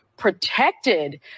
protected